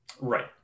right